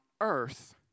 earth